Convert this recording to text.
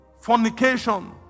Fornication